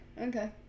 Okay